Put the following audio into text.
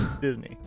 Disney